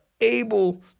able